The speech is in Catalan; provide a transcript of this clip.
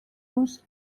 vos